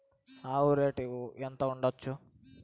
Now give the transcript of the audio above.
ఆవు రేటు ఎంత ఉండచ్చు?